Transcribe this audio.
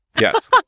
Yes